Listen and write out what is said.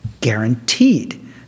guaranteed